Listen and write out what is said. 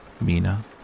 Mina